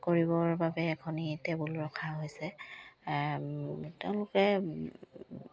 কৰিবৰ বাবে এখনি টেবুল ৰখা হৈছে তেওঁলোকে